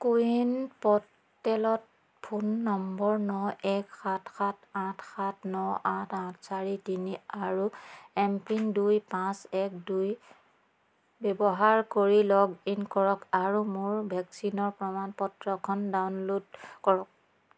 CoWIN প'ৰ্টেলত phone number ন এক সাত সাত আঠ সাত ন আঠ আঠ চাৰি তিনি আৰু এম পিন দুই পাঁচ এক দুই ব্যৱহাৰ কৰি লগ ইন কৰক আৰু মোৰ ভেকচিনৰ প্ৰমাণ পত্ৰখন ডাউনল'ড কৰক